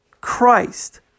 Christ